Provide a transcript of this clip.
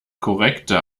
korrekte